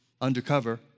undercover